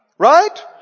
Right